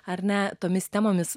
ar ne tomis temomis